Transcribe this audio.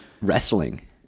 Wrestling